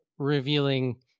Revealing